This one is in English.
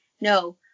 no